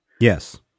Yes